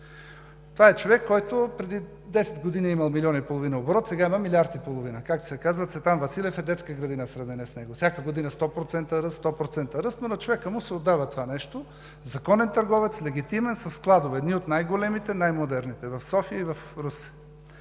Това е човек, който преди десет години е имал милион и половина оборот, сега има милиард и половина. Както се казва: Цветан Василев е детска градина в сравнение с него. Всяка година сто процента ръст, сто процента ръст, но на човека му се отдава това нещо. Законен търговец, легитимен, със складове. Едни от най-големите, най-модерните в София и в Русе.